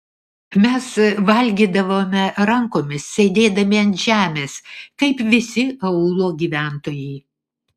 mes valgydavome rankomis sėdėdami ant žemės kaip visi aūlo gyventojai